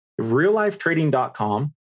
Reallifetrading.com